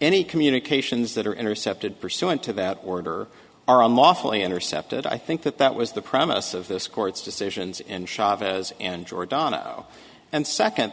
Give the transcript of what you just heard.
any communications that are intercepted pursuant to that order are unlawfully intercepted i think that that was the promise of this court's decisions in chavez and giordano and second